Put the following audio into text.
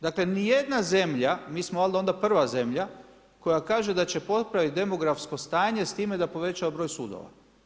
Dakle, ni jedna zemlja, mi smo valjda onda prva zemlja, koja kaže da će popraviti demografsko stanje s time da povećava broj sudova.